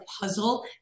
puzzle